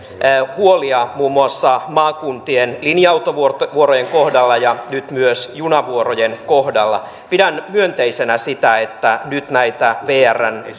huolia muun muassa maakuntien linja autovuorojen kohdalla ja nyt myös junavuorojen kohdalla pidän myönteisenä sitä että nyt näitä vrn